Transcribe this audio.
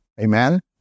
Amen